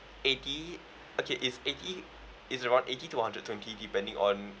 eighty okay is eighty it's about eighty to hundred twenty depending on